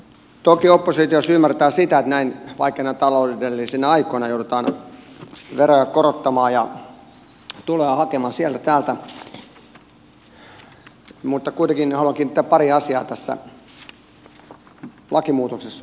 toki oppositiossa ymmärretään sitä että näin vaikeina taloudellisina aikoina joudutaan veroja korottamaan ja tuloja hakemaan sieltä täältä mutta kuitenkin haluan kiinnittää huomiota pariin tässä lakimuutoksessa olevaan kohtaan